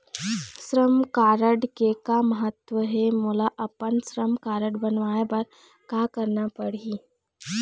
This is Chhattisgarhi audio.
श्रम कारड के का महत्व हे, मोला अपन श्रम कारड बनवाए बार का करना पढ़ही?